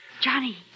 Johnny